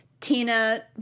Tina